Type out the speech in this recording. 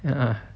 ah ah